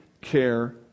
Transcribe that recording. care